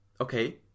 okay